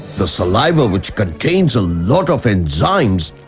the saliva which contains a lot of enzymes,